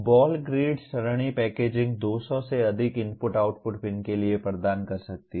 ball grid सरणी packaging 200 से अधिक इनपुट आउटपुट पिन के लिए प्रदान कर सकती है